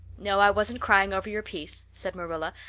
no, i wasn't crying over your piece, said marilla,